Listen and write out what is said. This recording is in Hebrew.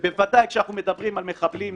ובוודאי כשאנחנו מדברים על מחבלים נפשעים,